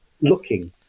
looking